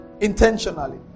Intentionally